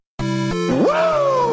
Woo